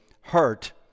hurt